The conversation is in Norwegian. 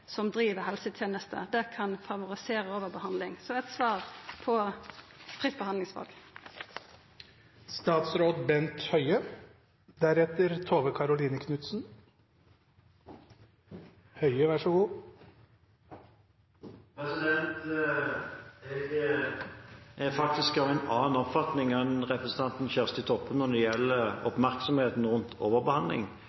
det kan favorisera overbehandling. Så eg ønskjer eit svar om fritt behandlingsval. Jeg er faktisk av en annen oppfatning enn representanten Kjersti Toppe når det gjelder